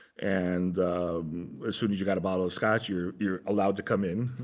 and as soon as you got a bottle of scotch, you're you're allowed to come in.